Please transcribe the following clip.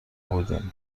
بودیم